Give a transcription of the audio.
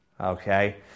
okay